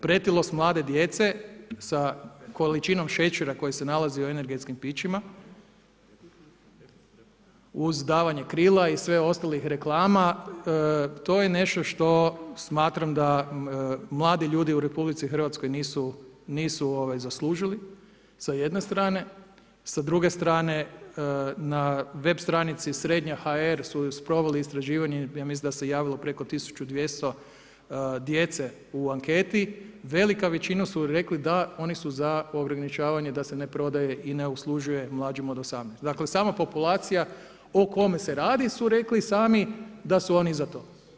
Pretilost mlade djece sa količinom šećera koje se nalazi u energetskim pićima uz davanje krila i sve ostalih reklama, to je nešto što smatram da mladi ljudi u RH nisu zaslužili sa jedne strane, sa druge strane na web stranici srednja.hr su proveli istraživanje i ja mislim da se javilo preko 1200 djece u anketi, velika većina su rekli da oni su za ograničavanje da se ne prodaje i ne uslužuje mlađim od 18, dakle samo populacija o kome se radi su rekli sami da su oni za to.